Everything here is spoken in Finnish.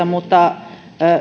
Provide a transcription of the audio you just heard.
mutta